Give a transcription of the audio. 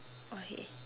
okay